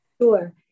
Sure